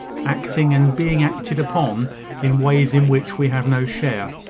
acting and being acted upon in ways in which we have no share.